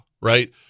right